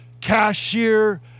cashier